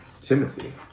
Timothy